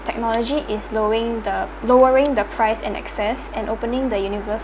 technology is lowing the lowering the price and access and opening the universe